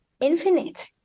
infinite